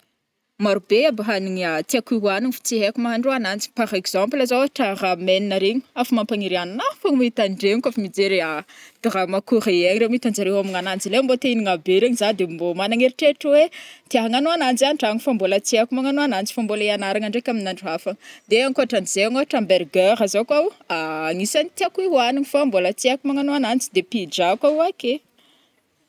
Marobe aby hagnina tiako hanigny fo tsy haiko mahandro agnanji, par exemple zao ôtra ramen regny, afa mampagniry fô mahita andregny kô fa mijery drame koréen re mahita anjare hômagnananji lai mbo te hinagna be regny zah de mbo magnagna eritreritra oe te agnano ananji antragno fo mbola tsy aiko magnano ananji fa mbola hiagnaragna ndraika aminy andro hafa. De ankoatranzai ôhatra hamburger zao koa ho anisany tiako hoanigny fa mbola tsy aiko magnano ananji de pizza koa o ake.